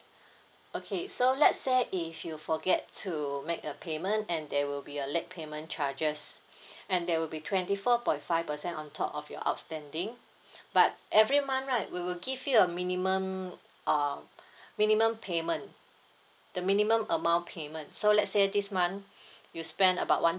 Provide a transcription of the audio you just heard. okay so let's say if you forget to make a payment and there will be a late payment charges and there will be twenty four point five percent on top of your outstanding but every month right we will give you a minimum um minimum payment the minimum amount payment so let's say this month you spend about one